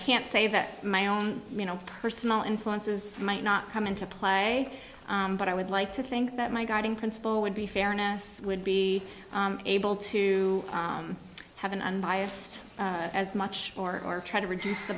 can't say that my own you know personal influences might not come into play but i would like to think that my guiding principle would be fairness would be able to have an unbiased as much or try to reduce the